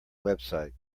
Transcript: website